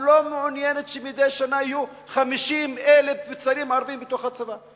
לא מעוניינת שמדי שנה יהיו 50,000 צעירים ערבים בתוך הצבא,